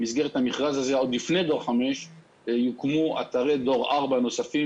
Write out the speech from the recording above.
במסגרת המכרז הזה עוד לפני דור 5 יוקמו אתרי דור 4 נוספים